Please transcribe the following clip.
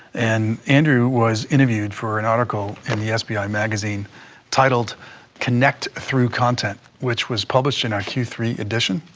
and andrew was interviewed for an article in the sbi magazine titled connect through content, which was published in our q three edition.